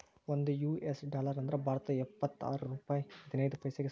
ಒಂದ್ US dollar ಅಂದ್ರ ಭಾರತದ್ ಎಪ್ಪತ್ತಾರ ರೂಪಾಯ್ ಹದಿನೈದ್ ಪೈಸೆಗೆ ಸಮ